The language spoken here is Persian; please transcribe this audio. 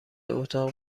اتاق